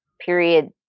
period